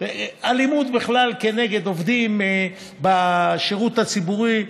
אלימות בכלל כנגד עובדים בשירות הציבורי,